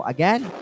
Again